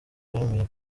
bemeye